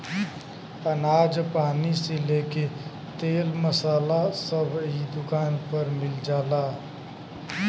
अनाज पानी से लेके तेल मसाला सब इ दुकान पर मिल जाला